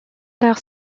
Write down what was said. d’art